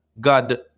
god